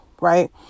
right